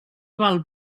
val